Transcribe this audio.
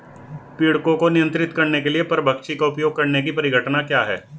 पीड़कों को नियंत्रित करने के लिए परभक्षी का उपयोग करने की परिघटना क्या है?